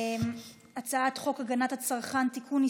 הצעת חוק הגנת הצרכן (תיקון,